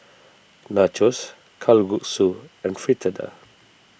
Nachos Kalguksu and Fritada